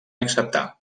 acceptà